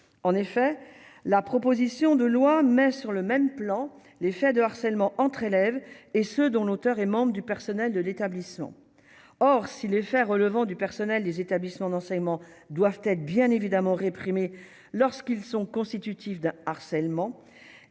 en effet la proposition de loi met sur le même plan les faits de harcèlement entre élèves. Et ce dont l'auteur et membres du personnel de l'établissement, or, si les faits relevant du personnel des établissements d'enseignement doivent être bien évidemment réprimés lorsqu'ils sont constitutifs de harcèlement,